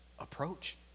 approach